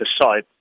aside